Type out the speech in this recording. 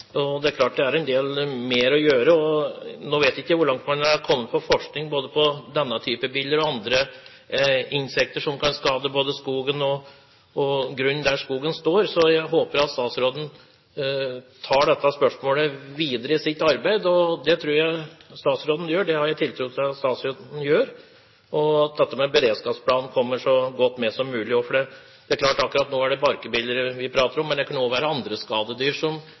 del mer å gjøre. Nå vet ikke jeg hvor langt man har kommet på forskning på denne type biller og andre insekter som kan skade både skogen og grunnen der skogen står, så jeg håper at statsråden tar dette spørsmålet med videre i sitt arbeid – det tror jeg statsråden gjør, det har jeg tiltro til – og at også dette med beredskapsplan kommer med så godt som mulig. Akkurat nå er det barkbiller vi prater om, men det kan også være andre skadedyr som